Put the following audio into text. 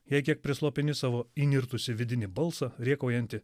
jei kiek prislopini savo įnirtusį vidinį balsą rėkaujantį